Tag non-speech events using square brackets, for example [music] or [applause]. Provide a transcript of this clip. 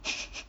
[laughs]